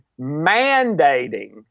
mandating